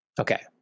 Okay